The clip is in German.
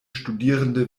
studierende